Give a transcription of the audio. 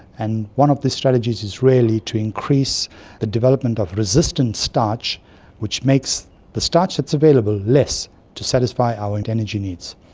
and one of these strategies is really to increase the development of resistant starch which makes the starch that's available less to satisfy our energy needs.